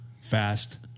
fast